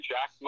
Jack